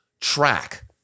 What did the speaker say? track